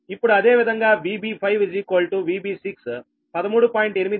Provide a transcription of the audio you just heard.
ఇప్పుడు అదే విధంగా VB5 VB6 13